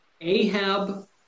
Ahab